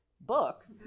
book